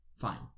Fine